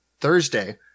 Thursday